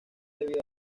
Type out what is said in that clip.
debido